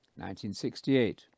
1968